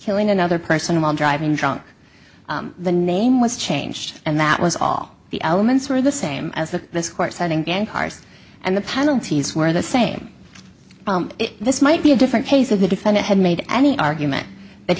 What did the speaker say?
killing another person while driving drunk the name was changed and that was all the elements were the same as the court setting cars and the penalties were the same this might be a different case of the defendant had made any argument that